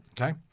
Okay